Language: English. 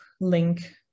link